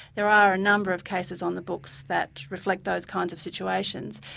there are a number of cases on the books that reflect those kinds of situations.